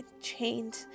chained